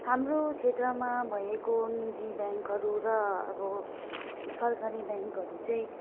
हाम्रो क्षेत्रमा भएको निजी ब्याङ्कहरू र अब सरकारी ब्याङ्कहरू चाहिँ